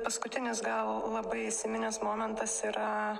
paskutinis gal labai įsiminęs momentas yra